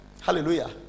Hallelujah